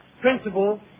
principle